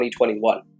2021